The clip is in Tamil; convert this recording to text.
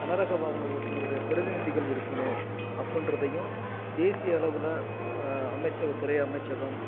கனரக வாகன ஓட்டுநருடைய பிரதிநிதிகள் இருக்கணும் அப்படின்றதையும் தேசிய அளவில் அமைச்சக துறை அமைச்சகம்